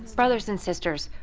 brothers and sisters,